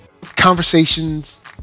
conversations